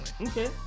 Okay